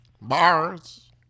Bars